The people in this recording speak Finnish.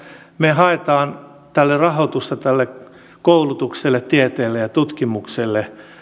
me haemme rahoitusta tälle koulutukselle tieteelle ja tutkimukselle